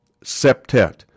septet